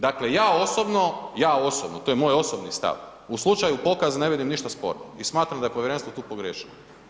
Dakle, ja osobno, ja osobno, to je moj osobni stav u slučaju pokaza ne vidim ništa sporno i smatram da je povjerenstvo tu pogriješilo.